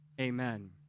Amen